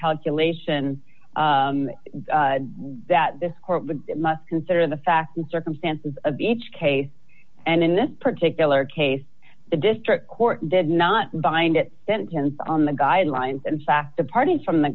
calculation that this must consider the facts and circumstances of each case and in this particular case the district court did not bind that sentence on the guidelines and fact the parties from the